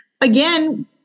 again